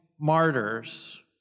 martyrs